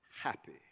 happy